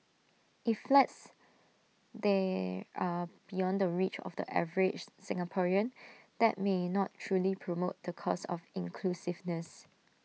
if flats there are beyond the reach of the average Singaporean that may not truly promote the cause of inclusiveness